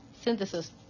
synthesis